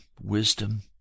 wisdom